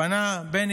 מלח